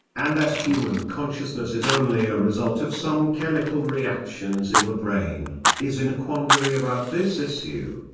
and that human consciousness is only a result of some chemical reactions in the brain is in a quandary about this issue.